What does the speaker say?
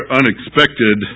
unexpected